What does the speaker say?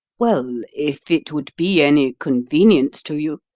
well, if it would be any convenience to you,